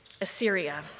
Assyria